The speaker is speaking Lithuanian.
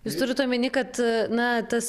jūs turit omeny kad na tas